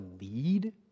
lead